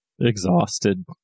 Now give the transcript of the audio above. exhausted